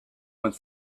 went